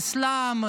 אסלאם,